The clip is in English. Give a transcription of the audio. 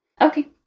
Okay